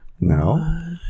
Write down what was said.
No